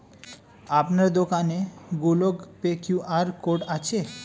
আপনার দোকানে Google Pay QR code আছে?